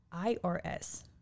irs